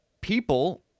people